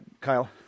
Kyle